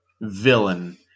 villain